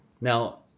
Now